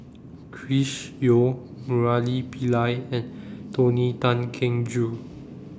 Chris Yeo Murali Pillai and Tony Tan Keng Joo